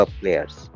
players